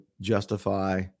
justify